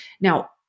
now